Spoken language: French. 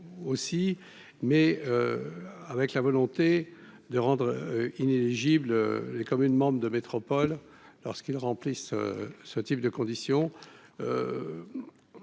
aussi mais avec la volonté de rendre inéligible est comme une membre de métropole lorsqu'ils remplissent ce type de conditions